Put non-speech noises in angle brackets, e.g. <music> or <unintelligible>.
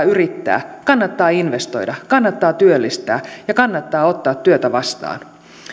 <unintelligible> yrittää kannattaa investoida kannattaa työllistää ja kannattaa ottaa työtä vastaan